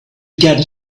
get